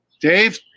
Dave